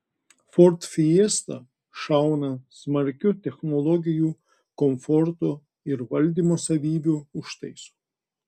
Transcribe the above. ford fiesta šauna smarkiu technologijų komforto ir valdymo savybių užtaisu